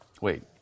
Wait